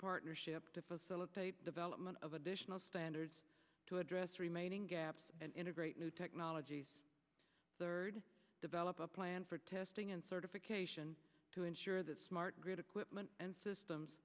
partnership to facilitate development of additional standards to address remaining gaps and integrate new technologies third develop a plan for testing and certify cation to ensure that smart grid equipment and systems